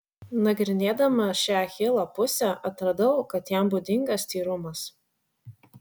nagrinėdama šią achilo pusę atradau kad jam būdingas tyrumas